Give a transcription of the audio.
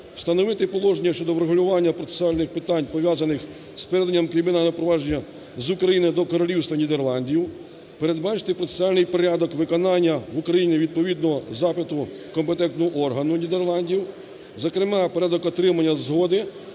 встановити положення щодо врегулювання процесуальних питань, пов'язаних з переданням кримінального провадження з України до Королівства Нідерландів; передбачити процесуальний порядок виконання в Україні відповідного запиту компетентного органу Нідерландів, зокрема порядок отримання згоди